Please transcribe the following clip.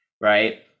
right